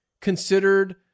considered